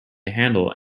handle